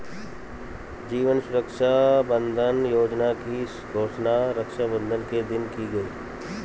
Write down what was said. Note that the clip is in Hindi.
जीवन सुरक्षा बंधन योजना की घोषणा रक्षाबंधन के दिन की गई